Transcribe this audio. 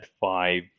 five